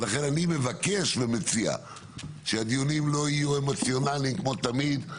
ולכן אני מבקש ומציע שהדיונים לא יהיו אמוציונליים כמו תמיד,